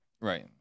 Right